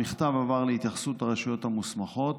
המכתב עבר להתייחסות הרשויות המוסמכות,